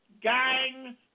gang